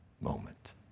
moment